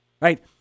right